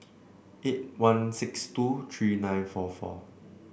eight one six two three nine four four